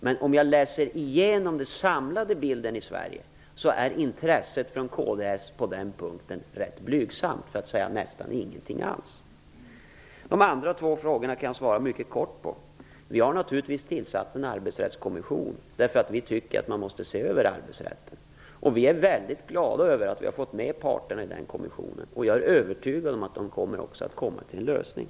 Men om jag studerar den samlade bilden i Sverige är intresset från kds rätt blygsamt på den punkten, för att inte säga nästan obefintligt. De andra två frågorna kan jag svara mycket kort på. Vi har naturligtvis tillsatt en arbetsrättskommission därför att vi tycker att man måste se över arbetsrätten. Vi är mycket glada över att vi har fått med parterna i den kommissionen. Jag är övertygad om den också kommer att komma till en lösning.